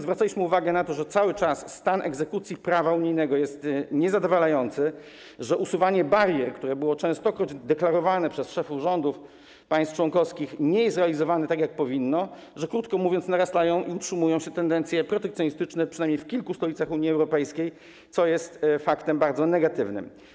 Zwracaliśmy uwagę na to, że cały czas stan egzekucji prawa unijnego jest niezadowalający, że usuwanie barier, które było częstokroć deklarowane przez szefów rządów państw członkowskich, nie jest realizowane tak, jak powinno, że - krótko mówiąc - narastają i utrzymują się tendencje protekcjonistyczne przynajmniej w kilku stolicach Unii Europejskiej, co jest faktem bardzo negatywnym.